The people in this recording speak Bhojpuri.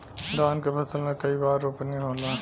धान के फसल मे कई बार रोपनी होला?